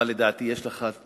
אבל לדעתי יש לך צוותים